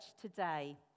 today